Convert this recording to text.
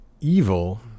evil